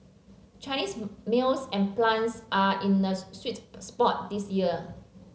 Cinese mills and plants are in a sweet spot this year